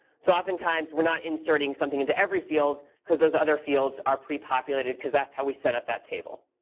so oftentimes, we're not inserting something into every field, because those other fields are pre-populated. because that's how we set up that table.